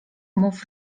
mów